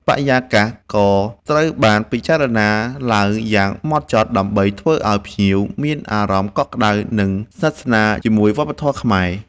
បរិយាកាសក៏ត្រូវបានពិចារណាឡើងយ៉ាងម៉ត់ចត់ ដើម្បីធ្វើឲ្យភ្ញៀវមានអារម្មណ៍កក់ក្ដៅ និងស្និទ្ធស្នាលជាមួយវប្បធម៌ខ្មែរ។